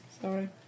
Sorry